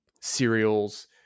cereals